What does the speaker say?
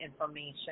information